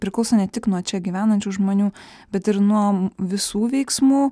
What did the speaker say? priklauso ne tik nuo čia gyvenančių žmonių bet ir nuo m visų veiksmų